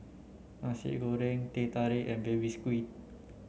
Nasi Goreng Teh Tarik and baby squid